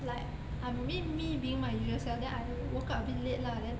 like I mean me being my usual self then I woke up a bit late lah and then